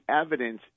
evidence